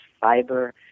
fiber